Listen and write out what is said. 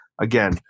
again